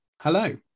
Hello